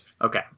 Okay